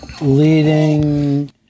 leading